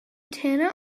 tenant